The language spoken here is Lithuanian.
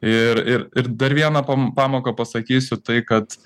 ir ir ir dar vieną pam pamoką pasakysiu tai kad